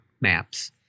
MAPS